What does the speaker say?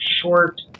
short